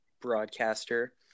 broadcaster